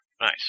Nice